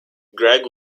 grieg